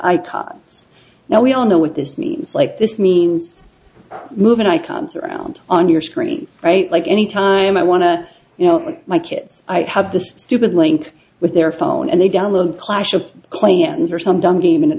now we all know what this means like this means moving icons around on your screen right like anytime i want to you know my kids i have this stupid link with their phone and they download clash of clans or some dumb game and it